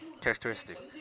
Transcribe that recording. Characteristic